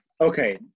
Okay